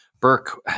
Burke